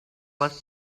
was